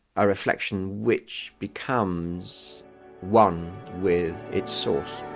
a reflection which becomes one with its source.